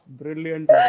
Brilliant